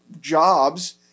jobs